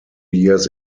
years